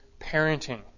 parenting